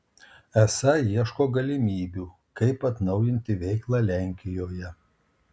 esą ieško galimybių kaip atnaujinti veiklą lenkijoje